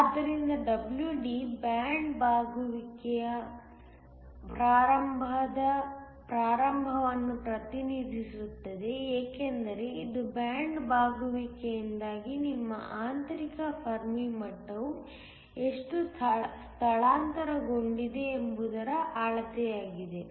ಆದ್ದರಿಂದ WD band ಬಾಗುವಿಕೆಯ ಪ್ರಾರಂಭವನ್ನು ಪ್ರತಿನಿಧಿಸುತ್ತದೆ ಏಕೆಂದರೆ ಇದು ಬ್ಯಾಂಡ್ ಬಾಗುವಿಕೆಯಿಂದಾಗಿ ನಿಮ್ಮ ಆಂತರಿಕ ಫೆರ್ಮಿ ಮಟ್ಟವು ಎಷ್ಟು ಸ್ಥಳಾಂತರಗೊಂಡಿದೆ ಎಂಬುದರ ಅಳತೆಯಾಗಿದೆ